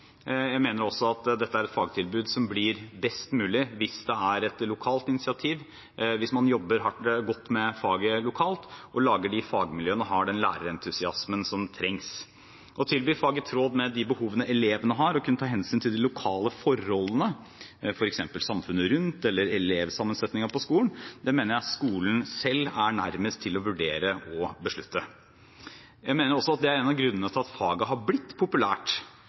Jeg mener også at dette er et fagtilbud som blir best mulig hvis det er et lokalt initiativ, hvis man jobber godt med faget lokalt, lager fagmiljø og har den lærerentusiasmen som trengs. Det å tilby fag i tråd med de behovene elevene har, og kunne ta hensyn til de lokale forholdene, f.eks. samfunnet rundt eller elevsammensetningen på skolen, mener jeg skolen selv er nærmest til å vurdere og beslutte. Jeg mener det er grunnen til at faget har blitt populært